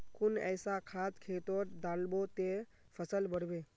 कुन ऐसा खाद खेतोत डालबो ते फसल बढ़बे?